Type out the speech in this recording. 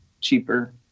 cheaper